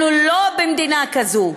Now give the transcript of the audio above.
אנחנו לא במדינה כזו.